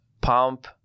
pump